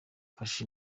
mfashe